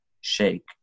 shake